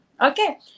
Okay